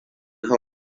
ha